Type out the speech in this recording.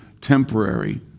temporary